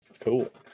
Cool